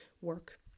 work